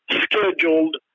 scheduled